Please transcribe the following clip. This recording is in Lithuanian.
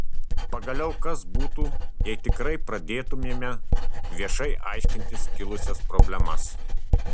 pagaliau kas būtų jei tikrai pradėtumėme viešai aiškintis kilusias problemas